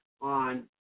on